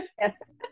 Yes